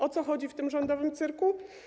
O co chodzi w tym rządowym cyrku?